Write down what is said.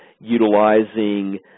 utilizing